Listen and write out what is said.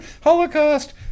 holocaust